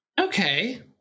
okay